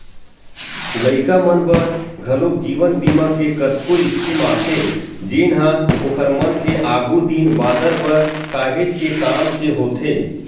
लइका मन बर घलोक जीवन बीमा के कतको स्कीम आथे जेनहा ओखर मन के आघु दिन बादर बर काहेच के काम के होथे